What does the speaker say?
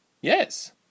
Yes